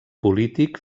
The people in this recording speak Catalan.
polític